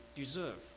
deserve